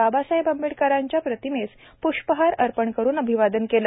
बाबासाहेब आंबेडकरांच्या प्रतिमेस प्ष्पहार अर्पण करुन अभिवादन केले